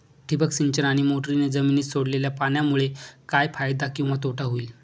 ठिबक सिंचन आणि मोटरीने जमिनीत सोडलेल्या पाण्यामुळे काय फायदा किंवा तोटा होईल?